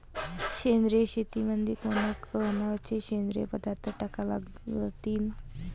सेंद्रिय शेतीमंदी कोनकोनचे सेंद्रिय पदार्थ टाका लागतीन?